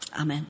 Amen